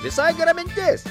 visai gera mintis